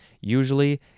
Usually